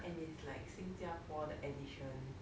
and is like 新加坡 the edition